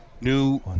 new